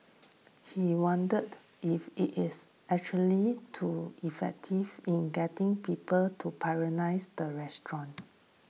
he wondered if it is actually to effective in getting people to the restaurant